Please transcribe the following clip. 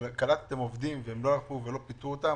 שקלטתם עובדים והם לא הלכו ולא פיטרו אותם